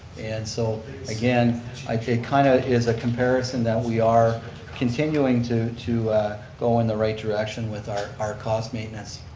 and so again like it kind of is a comparison that we are continuing to to go in the right direction with our our cost maintenance.